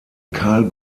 karl